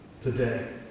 today